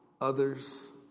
others